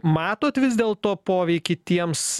matot vis dėlto poveikį tiems